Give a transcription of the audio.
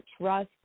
trust